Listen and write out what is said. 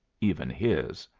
even his.